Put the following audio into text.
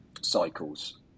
cycles